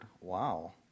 Wow